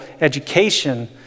education